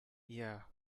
yeah